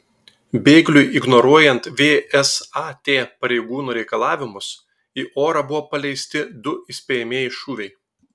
bėgliui ignoruojant vsat pareigūnų reikalavimus į orą buvo paleisti du įspėjamieji šūviai